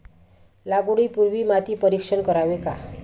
लागवडी पूर्वी माती परीक्षण करावे का?